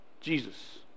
Jesus